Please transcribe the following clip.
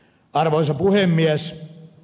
arvoisa puhemies